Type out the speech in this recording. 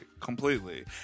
Completely